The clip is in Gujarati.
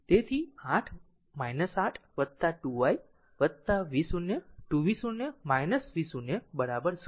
તેથી 8 2 i v0 2 v0 v0 0 આ સમીકરણ 1